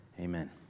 Amen